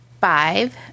five